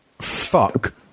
fuck